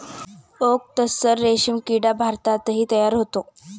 okay tussar रेशीम किडा भारतातही तयार होतो